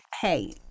Hey